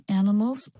animals